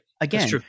Again